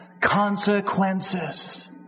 consequences